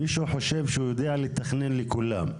מי שחושב שהוא יודע לתכנן לכולם,